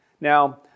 Now